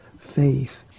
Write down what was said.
faith